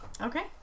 Okay